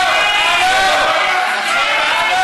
מה זה,